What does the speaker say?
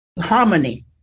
harmony